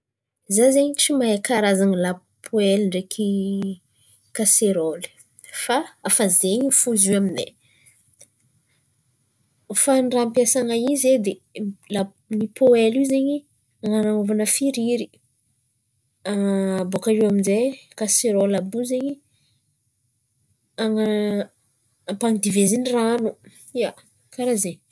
Zah zen̈y tsy mahay kararazan̈a lapoely ndraiky kaserôly fa efa zen̈y fo izy io aminay. Fa ny raha ampiasaina izy edy lapo- poely io zen̈y an̈anaovana firiry bôkà eo amin'zay kaserôly io amin'zay zen̈y han̈a-hampandivezina ran̈o ia, karà zen̈y.